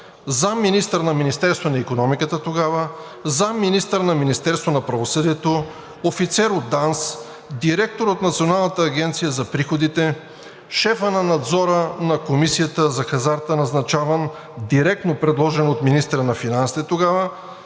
заместник-министър на Министерството на икономиката тогава, заместник-министър на Министерството на правосъдието, офицер от ДАНС, директор от Националната агенция за приходите, шефът на Надзора на Комисията за хазарта, назначаван, директно предложен от министъра на финансите тогава.